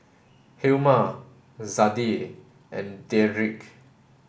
Hilma Zadie and Dedric